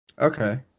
okay